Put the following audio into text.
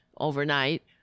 overnight